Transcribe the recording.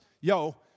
Yo